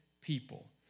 people